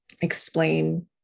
explain